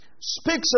speaks